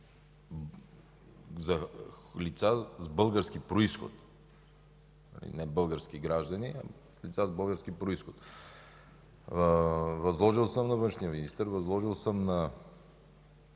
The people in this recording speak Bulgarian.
лица с български произход – не български граждани, а лица с български произход. Възложил съм на външния министър, възложил съм на